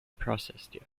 processed